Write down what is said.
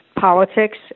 politics